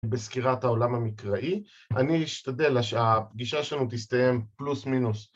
בסקירת העולם המקראי, אני אשתדל שהפגישה שלנו תסתיים פלוס מינוס